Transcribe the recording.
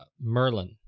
Merlin